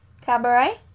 Cabaret